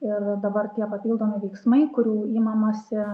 ir dabar tie papildomi veiksmai kurių imamasi